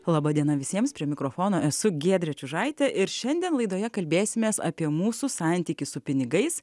laba diena visiems prie mikrofono esu giedrė čiužaitė ir šiandien laidoje kalbėsimės apie mūsų santykį su pinigais